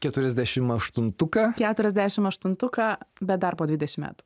keturiasdešim aštuntuką keturiasdešim aštuntuką bet dar po dvidešim metų